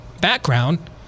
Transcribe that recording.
background